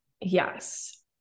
Yes